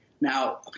Now